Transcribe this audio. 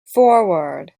forward